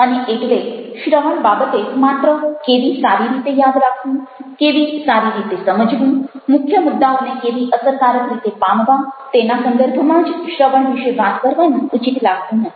અને એટલે શ્રવણ બાબતે માત્ર કેવી સારી રીતે યાદ રાખવું કેવી સારી રીતે સમજવું મુખ્ય મુદ્દાઓને કેવી અસરકારક રીતે પામવા તેના સંદર્ભમાં જ શ્રવણ વિશે વાત કરવાનું ઉચિત લાગતું નથી